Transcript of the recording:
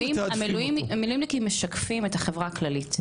המילואימניקים משקפים את החברה הכללית.